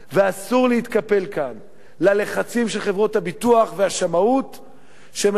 אסור להתקפל כאן מול לחצים של חברות הביטוח והשמאות שמנסות,